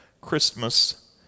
Christmas